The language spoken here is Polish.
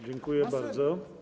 Dziękuję bardzo.